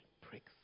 pricks